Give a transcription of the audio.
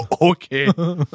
Okay